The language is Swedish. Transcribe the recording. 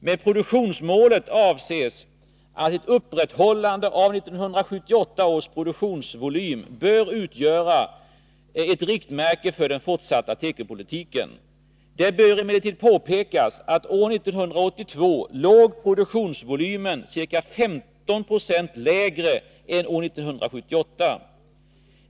Med produktionsmålet avses att ett upprätthållande av 1978 års produktionsvolym bör utgöra ett riktmärke för den fortsatta tekopolitiken. Det bör emellertid påpekas att produktionsvolymen år 1982 låg ca 15 96 lägre än år 1978.